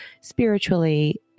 spiritually